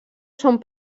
són